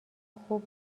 خوب